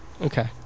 Okay